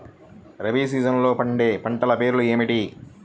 రబీ సీజన్లో పండే పంటల పేర్లు ఏమిటి?